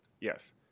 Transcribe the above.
Yes